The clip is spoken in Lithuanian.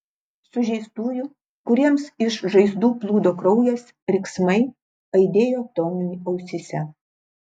sužeistųjų kuriems iš žaizdų plūdo kraujas riksmai aidėjo toniui ausyse